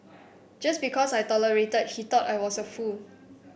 just because I tolerated he thought I was a fool